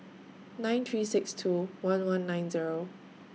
nine three six two one one nine Zero